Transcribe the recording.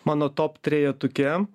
mano top trejetuke